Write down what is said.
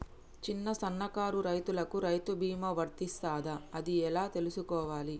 చిన్న సన్నకారు రైతులకు రైతు బీమా వర్తిస్తదా అది ఎలా తెలుసుకోవాలి?